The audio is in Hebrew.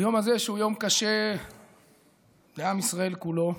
ביום הזה, שהוא יום קשה לעם ישראל כולו.